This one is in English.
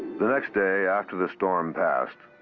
the next day, after the storm passed,